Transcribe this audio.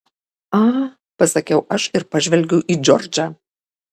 a pasakiau aš ir pažvelgiau į džordžą